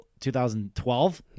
2012